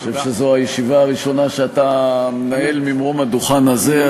אני חושב שזו הישיבה הראשונה שאתה מנהל ממרום הדוכן הזה,